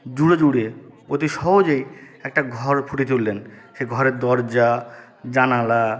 জুড়ে জুড়ে অতি সহজেই একটা ঘর ফুটিয়ে তুললেন সেই ঘরের দরজা জানালা